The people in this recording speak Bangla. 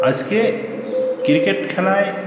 আজকে ক্রিকেট খেলায়